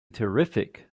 terrific